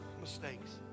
mistakes